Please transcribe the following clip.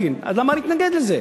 שאין לה הופכין, אז למה להתנגד לזה?